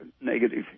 negative